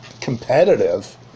competitive